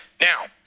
Now